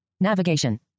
Navigation